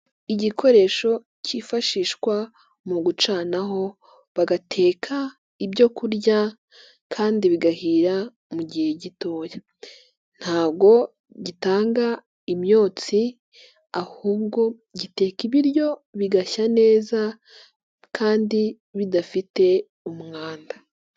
Igikoresho cyifashishwa mu gucanaho bagateka ibyo kurya kandi bigahira mu gihe gitoyo, ntabo gitanga imyotsi ahubwo giteka ibiryo bigashya neza kandi bidafite umwanda.